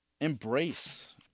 embrace